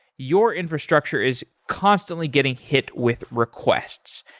your infrastructure is constantly getting hit with requests.